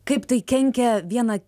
kaip tai kenkia viena